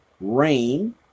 rain